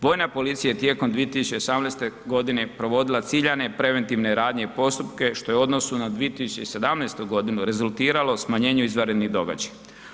Vojna policija je tijekom 2018.g. provodila ciljane preventivne radnje i postupke, što je u odnosu na 2017.g. rezultiralo smanjenju izvanrednih događaja.